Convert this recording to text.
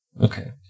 Okay